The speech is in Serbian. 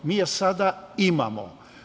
Mi je sada imamo.